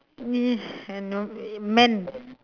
I know men